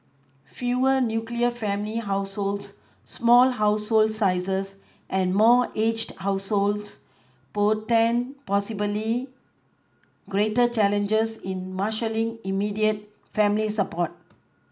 fewer nuclear family households small household sizes and more aged households portend possibly greater challenges in marshalling immediate family support